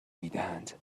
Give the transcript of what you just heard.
میدهند